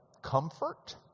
comfort